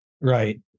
Right